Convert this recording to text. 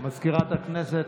מזכירת הכנסת,